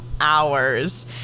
hours